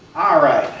alright.